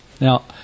Now